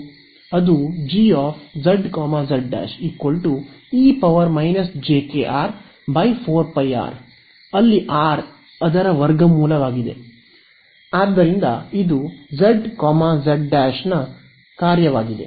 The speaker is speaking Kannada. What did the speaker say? ಅದು G z z ' e jkR 4πR ಅಲ್ಲಿ R ಅದರ ವರ್ಗಮೂಲ ಆದ್ದರಿಂದ ಇದು z z ' ನ ಕಾರ್ಯವಾಗಿದೆ